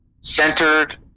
centered